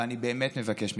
אבל אני באמת מבקש מכם: